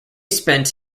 spent